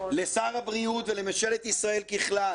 לשר הבריאות ולממשלת ישראל ככלל: